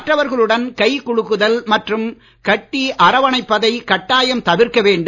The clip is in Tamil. மற்றவர்களுடன் கை குலுக்குதல் மற்றும் கட்டி அரவணைப்பதை கட்டாயம் தவிர்க்க வேண்டும்